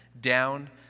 down